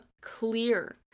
clear